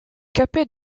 capé